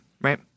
Right